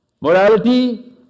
Morality